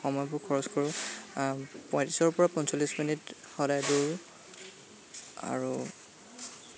সময়বোৰ খৰচ কৰোঁ পঁয়ত্ৰিছৰ পৰা পঞ্চল্লিছ মিনিট সদায় দৌৰোঁ আৰু